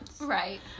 Right